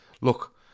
look